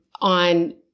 on